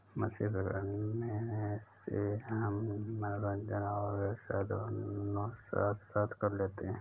मछली पकड़ने से हम मनोरंजन और व्यवसाय दोनों साथ साथ कर लेते हैं